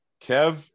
Kev